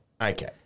Okay